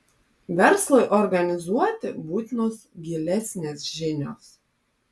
verslui organizuoti būtinos gilesnės žinios